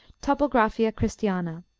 topographia christiana,